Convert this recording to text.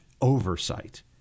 oversight